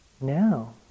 Now